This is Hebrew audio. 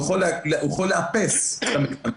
הוא יכול לאפס את המקדמות.